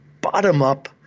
bottom-up